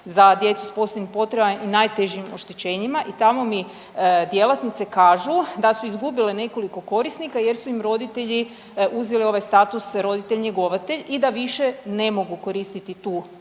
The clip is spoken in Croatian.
za djecu sa posebnim potrebama i najtežim oštećenjima i tamo mi djelatnice kažu da su izgubile nekoliko korisnika jer su im roditelji uzeli ovaj status roditelj njegovatelj i da više ne mogu koristiti tu uslugu